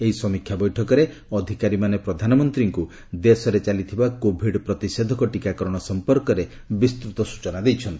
ଏହି ସମୀକ୍ଷା ବୈଠକରେ ଅଧିକାରୀମାନେ ପ୍ରଧାନମନ୍ତ୍ରୀଙ୍କୁ ଦେଶରେ ଚାଲିଥିବା କୋଭିଡ୍ ପ୍ରତିଷେଧକ ଟିକାକରଣ ସମ୍ପପର୍କରେ ବିସ୍ତୃତ ସ୍ୱଚନା ଦେଇଛନ୍ତି